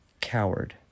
coward